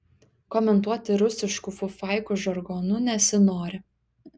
komentuoti rusiškų fufaikų žargonu nesinori